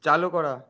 চালু করা